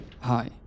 Hi